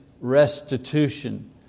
restitution